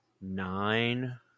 Nine